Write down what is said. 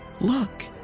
Look